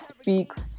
speaks